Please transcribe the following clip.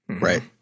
right